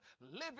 living